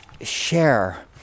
share